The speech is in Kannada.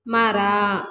ಮರ